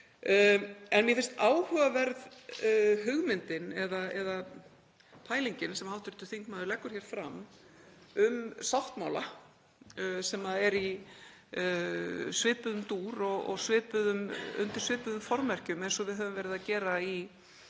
En mér finnst áhugaverð hugmyndin eða pælingin sem hv. þingmaður leggur fram um sáttmála í svipuðum dúr og undir svipuðum formerkjum og við höfum verið að gera á